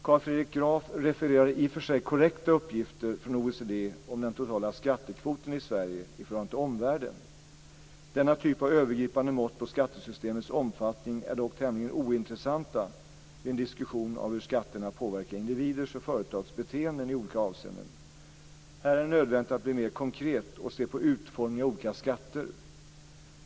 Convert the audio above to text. Carl Fredrik Graf refererar i och för sig korrekta uppgifter från OECD om den totala skattekvoten i Sverige i förhållande till omvärlden. Denna typ av övergripande mått på skattesystemets omfattning är dock tämligen ointressant vid en diskussion av hur skatterna påverkar individers och företags beteende i olika avseenden. Här är det nödvändigt att bli mer konkret och se på utformningen av olika skatter.